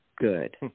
Good